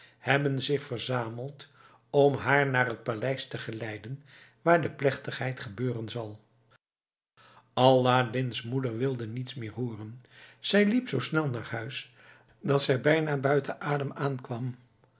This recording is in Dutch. hebben zich verzameld om haar naar het paleis te geleiden waar de plechtigheid gebeuren zal aladdin's moeder wilde niets meer hooren zij liep zoo snel naar huis dat zij bijna buiten adem aankwam